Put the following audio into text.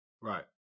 Right